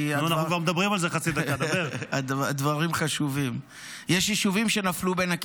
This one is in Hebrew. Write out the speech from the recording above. כי הדברים --- אנחנו כבר מדברים על זה חצי דקה.